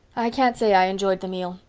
i can't say i enjoyed the meal.